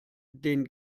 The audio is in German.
den